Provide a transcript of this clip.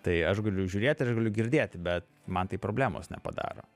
tai aš galiu žiūrėti aš galiu girdėti bet man tai problemos nepadaro